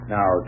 Now